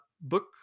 book